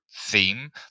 theme